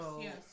Yes